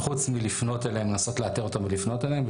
מלבד לנסות לאתר אותם ולפנות אליהם,